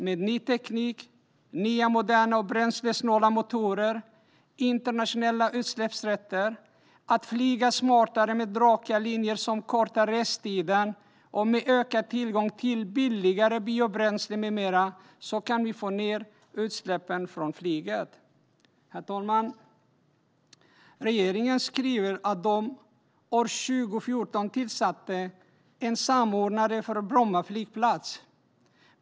Med ny teknik, nya moderna och bränslesnåla motorer, internationella utsläppsrätter, att flyga smartare med raka linjer som kortar restiden och med ökad tillgång till billigare biobränslen med mera kan vi få ned utsläppen från flyget. Herr talman! Regeringen skriver att den år 2014 tillsatte en samordnare för Bromma flygplats.